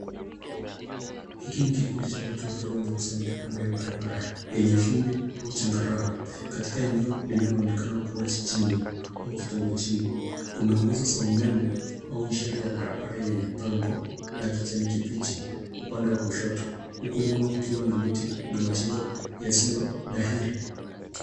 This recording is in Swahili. Hiki ni kikundi cha watu wakiwa wamekusanyika kando ya barabara enye vumbi au changarawe. Katika eneo linanoloonekana kuwa jijini au kitongojini. Kuna nguzo za umeme au ishara ya barabara enye bango la kijani kibichi upande wa kushoto huku nyuma kukiwa na miti na majengo yasiotahiri.